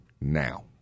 now